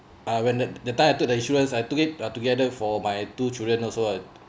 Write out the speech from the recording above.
I when the the time I took the insurance I took it uh together for my two children also uh